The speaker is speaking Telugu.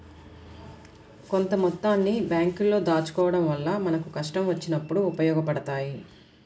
కొంత మొత్తాన్ని బ్యేంకుల్లో దాచుకోడం వల్ల మనకు కష్టం వచ్చినప్పుడు ఉపయోగపడతయ్యి